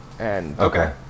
Okay